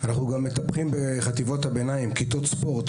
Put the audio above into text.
אנחנו גם מטפחים בחטיבות הביניים כיתות ספורט